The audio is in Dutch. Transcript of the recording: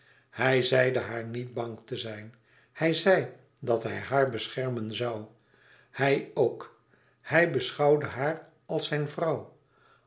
hij zeide haar niet bang te zijn hij zei dat hij haar beschermen zoû hij ook hij beschouwde haar als zijn vrouw